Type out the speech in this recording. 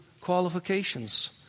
qualifications